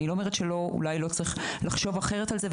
אני לא אומרת שלא צריך לחשוב אחרת על זה,